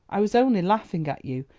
i was only laughing at you,